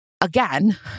again